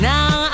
Now